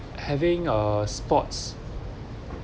having a sports